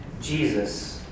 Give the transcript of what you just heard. Jesus